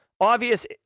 obvious